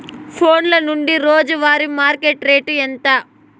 ఫోన్ల నుండి రోజు వారి మార్కెట్ రేటు ఎంత?